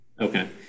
Okay